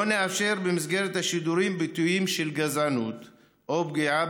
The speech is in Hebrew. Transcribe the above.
לא נאפשר במסגרת השידורים ביטויים של גזענות או פגיעה